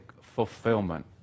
fulfillment